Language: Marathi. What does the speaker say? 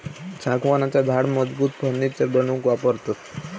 सागवानाचा झाड मजबूत फर्नीचर बनवूक वापरतत